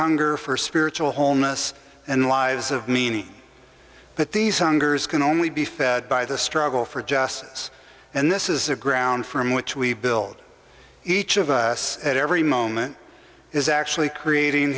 hunger for spiritual wholeness and lives of meaning but these hungers can only be fed by the struggle for justice and this is the ground from which we build each of us at every moment is actually creating